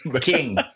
King